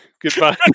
Goodbye